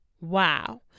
wow